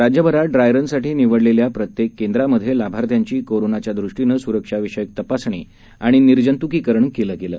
राज्यभरात dry run साठी निवडलेल्या प्रत्येक केंद्रांमधे लाभार्थ्यांची कोरोनाच्यादृष्टीनं सुरक्षाविषक तपासणी आणि निर्जंतुकीकरण केलं गेलं